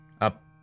up